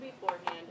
beforehand